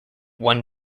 one